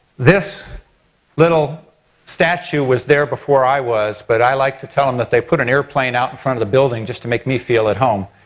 this little statue was there before i was but i like to tell them that they put an air plane out in front of the building just to make me feel at home.